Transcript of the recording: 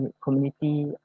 community